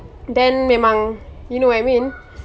then memang you know what I mean